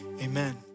Amen